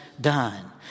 done